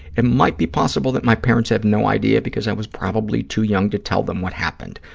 it might be possible that my parents have no idea because i was probably too young to tell them what happened,